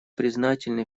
признательны